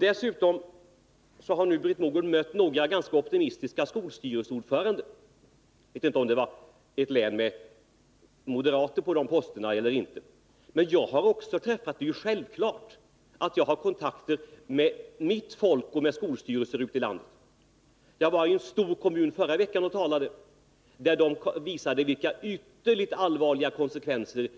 Dessutom har nu Britt Mogård mött några ganska optimistiska skolordförande, det var kanske i ett län med moderater på posterna i fråga. Det är Besparingar i självklart att även jag har kontakter med mitt folk och med skolstyrelser ute i statsverksamheten, landet. Jag vari en stor kommun förra veckan och talade. Det framkom då att» m. det blir ytterst allvarliga konsekvenser